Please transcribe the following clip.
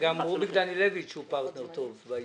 גם רוביק דנילוביץ הוא פרטנר טוב בעניין הזה.